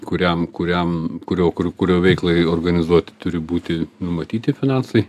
kuriam kuriam kurio kurio veiklai organizuoti turi būti numatyti finansai